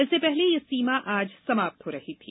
इससे पहले यह सीमा आज समाप्त हो रही थी